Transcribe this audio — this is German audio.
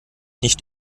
nicht